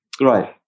right